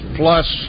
plus